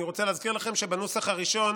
אני רוצה להזכיר לכם שבנוסח הראשון